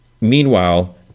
meanwhile